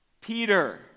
Peter